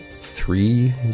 three